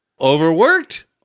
Overworked